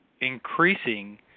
increasing